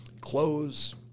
clothes